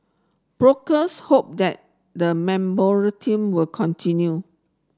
brokers hope that the will continue